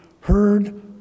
heard